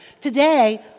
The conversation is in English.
Today